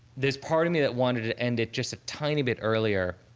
there's part of me that wanted to end it just a tiny bit earlier.